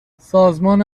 سازمان